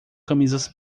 camisas